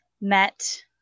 met